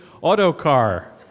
Autocar